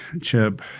Chip